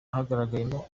hagaragayemo